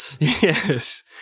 Yes